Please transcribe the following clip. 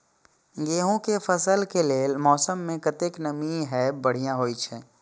गेंहू के फसल के लेल मौसम में कतेक नमी हैब बढ़िया होए छै?